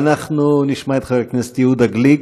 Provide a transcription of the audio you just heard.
אנחנו נשמע את חבר הכנסת יהודה גליק.